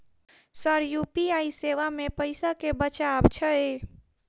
Sir UPI सेवा मे पैसा केँ बचाब छैय?